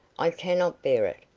i cannot bear it.